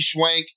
Schwank